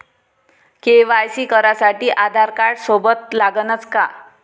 KYC करासाठी आधारकार्ड सोबत लागनच का?